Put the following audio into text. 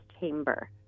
chamber